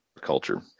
culture